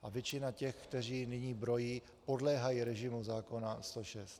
A většina těch, kteří nyní brojí, podléhají režimu zákona 106.